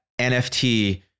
NFT